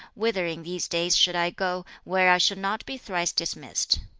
whither in these days should i go, where i should not be thrice dismissed?